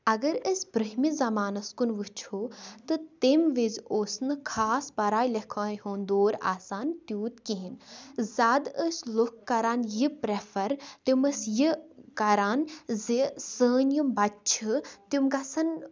اگر أسۍ بِرٛہمِس زَمانَس کُن وٕچھو تہٕ تیٚم وِز اوس نہٕ خاص پَراے لیکھاے ہُنٛد دور آسان تیوٗت کِہیٖنۍ زیادٕ ٲسۍ لُکھ کَران یہِ پرٛیٚفَر تِم ٲسۍ یہِ کَران زِ سٲنۍ یِم بَچہِ چھِ تِم گژھن